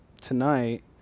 tonight